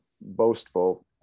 boastful